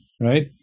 right